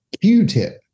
Q-tip